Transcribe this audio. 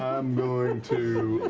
going and to